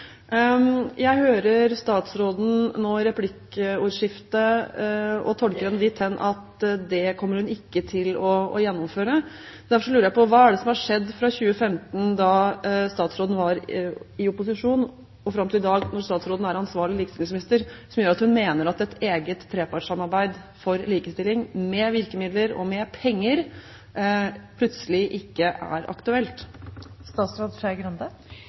jeg nå hører statsråden i replikkordskiftet, tolker jeg henne dit hen at det kommer hun ikke til å gjennomføre. Derfor lurer jeg på: Hva er det som har skjedd fra 2015, da statsråden var i opposisjon, og fram til i dag, når statsråden er ansvarlig likestillingsminister, som gjør at hun mener at et eget trepartssamarbeid for likestilling – med virkemidler og med penger – plutselig ikke er aktuelt?